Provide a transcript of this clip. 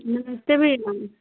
नमस्ते भैया